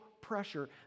pressure